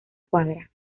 cuadra